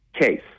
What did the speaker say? case